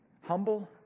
humble